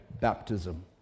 baptism